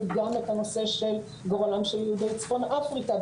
גם את הנושא של גורלם של יהודי צפון אפריקה,